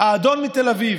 האדון מתל אביב,